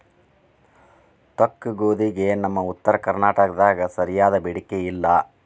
ತೊಕ್ಕಗೋಧಿಗೆ ನಮ್ಮ ಉತ್ತರ ಕರ್ನಾಟಕದಾಗ ಸರಿಯಾದ ಬೇಡಿಕೆ ಇಲ್ಲಾ